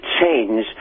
change